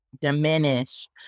diminish